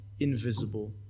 Invisible